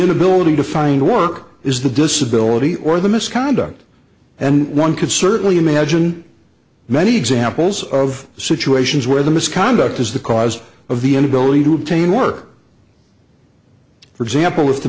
inability to find work is the disability or the misconduct and one can certainly imagine many examples of situations where the misconduct is the cause of the inability to obtain work for example if the